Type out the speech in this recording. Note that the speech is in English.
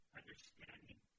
understanding